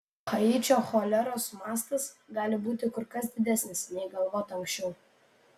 haičio choleros mastas gali būti kur kas didesnis nei galvota anksčiau